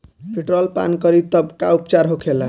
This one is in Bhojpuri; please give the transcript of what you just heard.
पेट्रोल पान करी तब का उपचार होखेला?